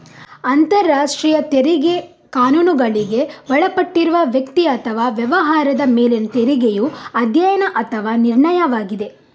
ಅಂತರರಾಷ್ಟ್ರೀಯ ತೆರಿಗೆ ಕಾನೂನುಗಳಿಗೆ ಒಳಪಟ್ಟಿರುವ ವ್ಯಕ್ತಿ ಅಥವಾ ವ್ಯವಹಾರದ ಮೇಲಿನ ತೆರಿಗೆಯ ಅಧ್ಯಯನ ಅಥವಾ ನಿರ್ಣಯವಾಗಿದೆ